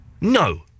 No